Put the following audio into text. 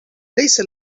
ليس